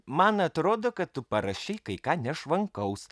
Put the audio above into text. man atrodo kad tu parašei kai ką nešvankaus